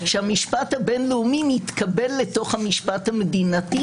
שהמשפט הבין-לאומי מתקבל לתוך המשפט המדינתי